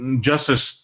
justice